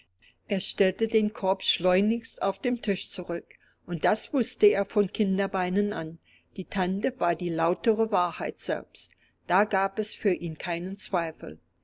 er stellte den korb schleunigst auf den tisch zurück denn das wußte er von kindesbeinen an die tante war die lautere wahrheit selbst da gab es für ihn keinen zweifel